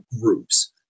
groups